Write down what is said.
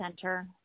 center